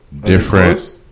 Different